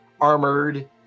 armored